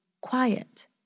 quiet